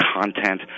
content